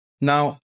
Now